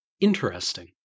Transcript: Interesting